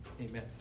amen